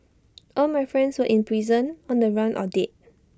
all my friends were in prison on the run or dead